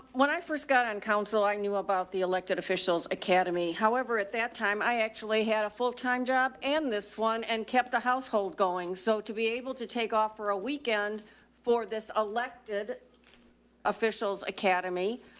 when i first got on council, i knew about the elected officials academy. however, at that time i actually had a full time job and this one and kept the household going. so to be able to take off for a weekend for this elected officials academy,